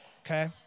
okay